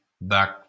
back